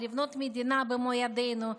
לבנות מדינה במו ידינו,